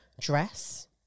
dress